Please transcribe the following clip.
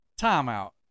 Timeout